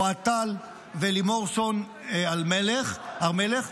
אוהד טל ולימור סון הר מלך.